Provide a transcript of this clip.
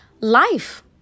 life